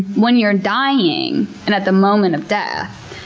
when you're dying and at the moment of death,